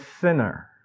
sinner